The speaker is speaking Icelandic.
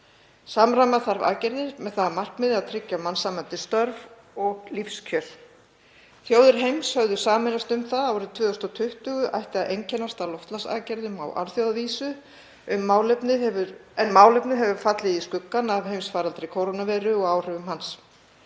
Samræma þarf aðgerðir með það að markmiði að tryggja mannsæmandi störf og lífskjör. Þjóðir heims höfðu sameinast um það að árið 2020 ætti að einkennast af loftslagsaðgerðum á alþjóðavísu en málefnið hefur fallið í skuggann af heimsfaraldri kórónuveiru og áhrifum hans.